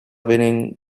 winning